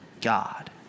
God